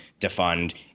defund